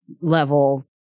level